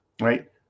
Right